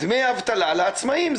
דמי אבטלה לעצמאים.